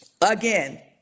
Again